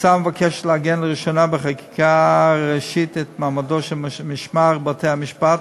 ההצעה מבקשת לעגן לראשונה בחקיקה הראשית את מעמדו של משמר בתי-המשפט,